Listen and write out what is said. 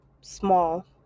small